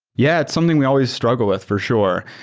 yeah. it's something we always struggle with, for sure.